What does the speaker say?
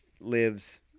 lives